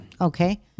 Okay